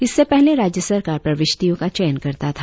इससे पहले राज्य सरकार प्रवृष्तियों का चयन करता था